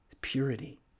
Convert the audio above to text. purity